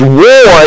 war